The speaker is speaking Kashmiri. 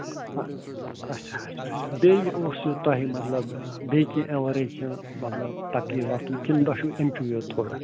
اَ آچھا آچھا آچھا بیٚیہِ اوسوُ تۄہہِ مطلب بیٚیہِ کیٚنٛہہ اَمہِ وَرٲے کیٚنٛہہ مطلب تَکلیٖف وَکلیٖف کِنہٕ تۄہہِ چھُو امچی یوت تھوڑا